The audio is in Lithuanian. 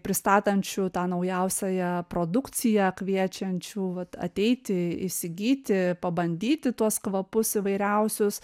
pristatančių tą naujausią produkciją kviečiančių vat ateiti įsigyti pabandyti tuos kvapus įvairiausius